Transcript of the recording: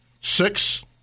six